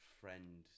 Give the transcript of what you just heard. friend